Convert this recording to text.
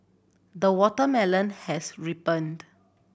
the watermelon has ripened